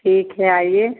ठीक है आइए